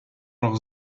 noch